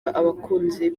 abakunzi